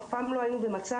אף פעם לא היינו במצב,